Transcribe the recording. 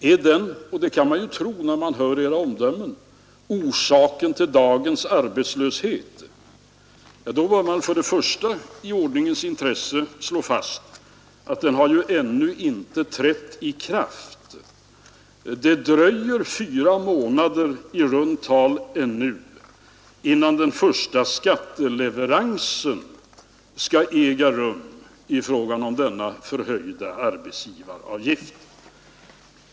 Är den — det kan man tro när man hör era omdömen — orsaken till dagens arbetslöshet? I ordningens intresse bör man ju slå fast att den ännu inte har trätt i kraft. Det dröjer i runt tal fyra månader innan den första skatteleveransen i fråga om denna förhöjda arbetsgivaravgift skall äga rum.